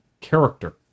character